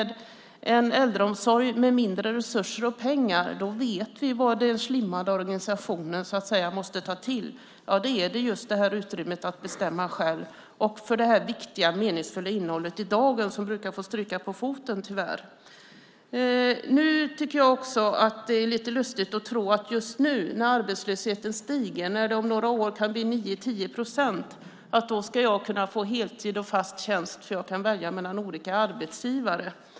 I en äldreomsorg med mindre resurser och pengar vet vi nämligen vad den slimmade organisationen måste dra ned på. Det är just utrymmet att bestämma själv och det viktiga och meningsfulla innehållet i vardagen som brukar få stryka på foten, tyvärr. Jag tycker också att det är lite lustigt att tro att man, just nu när arbetslösheten stiger och om några år kan bli 9-10 procent, ska kunna få heltid och fast tjänst, eftersom man kan välja mellan olika arbetsgivare.